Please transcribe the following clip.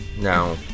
No